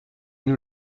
nous